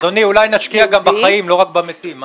אדוני, אולי נשקיע גם בחיים לא רק במתים.